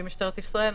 מיותר, אבל בסדר.